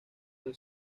del